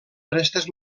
restes